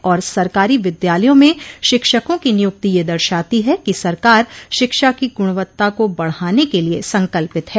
और सरकारी विद्यालयों में शिक्षकों की नियुक्ति यह दर्शाती है कि सरकार शिक्षा की गुणवत्ता को बढ़ाने के लिये संकल्पित है